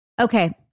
Okay